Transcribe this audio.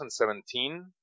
2017